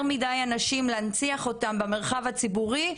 מידי אנשים להנציח אותם במרחב הציבורי,